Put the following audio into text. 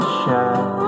shine